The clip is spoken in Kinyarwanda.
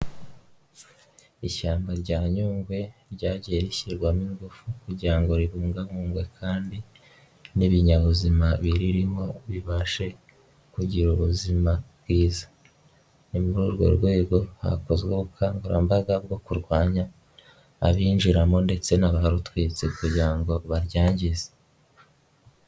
Ishyamba rya Nyungwe ryagiye rishyirwamo ingufu kugira ngo ribungabunge kandi n'ibinyabuzima birimo bibashe kugira ubuzima bwiza, ni muri urwo rwego hakozwe ubukangurambaga bwo kurwanya abinjiramo ndetse n'aba rutwitsi kugira ngo baryangize.